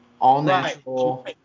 all-natural